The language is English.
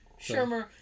Shermer